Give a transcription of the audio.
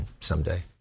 someday